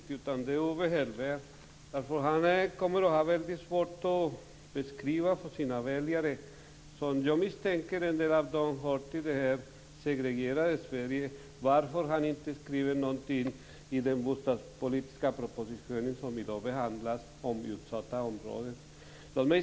Fru talman! Det är inte jag som behöver vara orolig utan det är Owe Hellberg. Han kommer att få svårt att beskriva för sina väljare - och jag misstänker att en del av dem hör till det segregerade Sverige - varför han inte har skrivit något i det bostadspolitiska betänkande som vi i dag behandlar om utsatta områden.